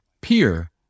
peer